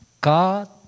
God